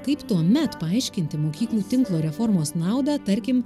kaip tuomet paaiškinti mokyklų tinklo reformos naudą tarkim